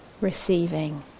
receiving